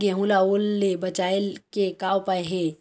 गेहूं ला ओल ले बचाए के का उपाय हे?